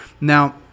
now